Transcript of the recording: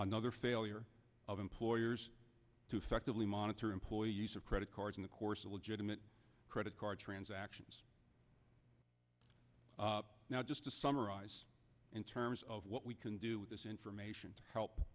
another failure of employers to effectively monitor employee use of credit cards in the course of legitimate credit card transactions now just to summarize in terms of what we can do with this information to help